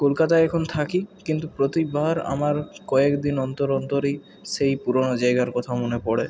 কলকাতায় এখন থাকি কিন্তু প্রতিবার আমার কয়েকদিন অন্তর অন্তরই সেই পুরোনো জায়গার কথা মনে পড়ে